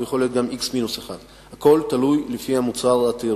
הוא יכול להיות גם x מינוס 1. הכול תלוי במוצר התיירותי.